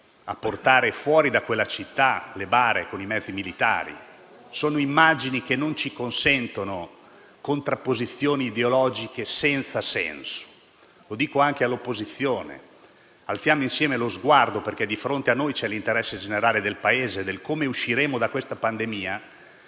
a portare fuori da quella città le bare con i mezzi militari. Sono immagini che non ci consentono contrapposizioni ideologiche senza senso, e lo dico anche all'opposizione. Alziamo insieme lo sguardo, perché di fronte a noi c'è l'interesse generale del Paese; dal modo in cui usciremo dalla pandemia